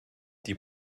die